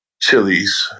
chilies